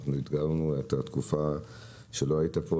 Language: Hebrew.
אנחנו אתגרנו את התקופה שלא היית פה,